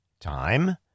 Time